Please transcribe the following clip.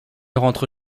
rentre